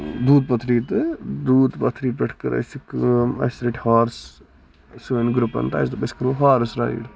دوٗد پَتھری تہٕ دوٗد پٔتھری پٮ۪ٹھ کٔر اَسہِ کٲم اَسہِ رٔٹۍ ہارٕس سٲنۍ گروپَن تہٕ اَسہِ دوٚپ أسۍ کرو ہارٕس رایڈ